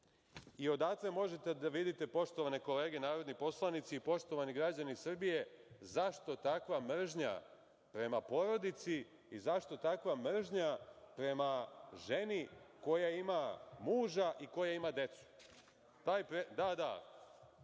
i odatle možete da vidite, poštovane kolege narodni poslanici i poštovani građani Srbije, zašto takva mržnja prema porodici i zašto takva mržnja prema ženi koja ima muža i koja ima decu. Kada